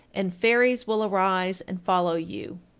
and fairies will arise and follow you.